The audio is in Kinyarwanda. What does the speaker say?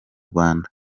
rwanda